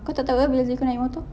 kau tak takut ke bila seh kau naik motor